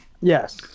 Yes